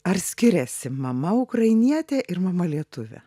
ar skiriasi mama ukrainietė ir mama lietuvė